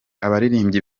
abaririmbyi